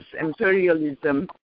imperialism